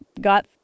got